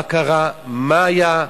מה קרה, מה היה,